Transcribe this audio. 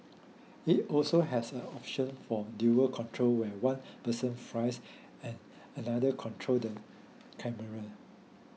it also has an option for dual control where one person flies and another control the camera